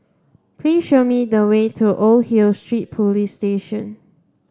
please show me the way to Old Hill Street Police Station